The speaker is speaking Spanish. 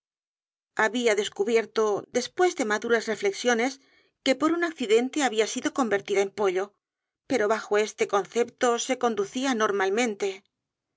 había descubierto después de maduras reflexiones que por un accidente había sido convertida en pollo pero bajo este concepto se conducía normalmente